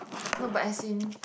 no but as in